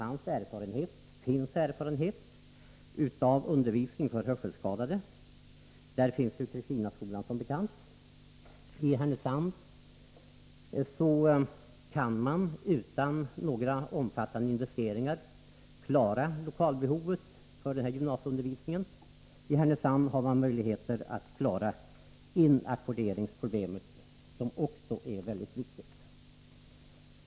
I Härnösand finns erfarenhet av undervisning av hörselskadade. Där finns som bekant Kristinaskolan. I Härnösand kan man utan några omfattande investeringar klara lokalbehovet för den här gymnasieundervisningen. I Härnösand har man möjligheter att klara inackorderingsproblemet, något som också är väldigt viktigt.